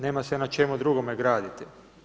Nema se na čemu drugome graditi.